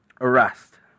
arrest